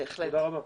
בהחלט.